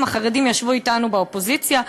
הם ישבו אתנו באופוזיציה.